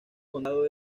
condado